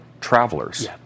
travelers